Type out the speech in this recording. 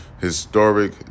historic